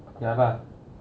ya lah